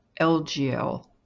LGL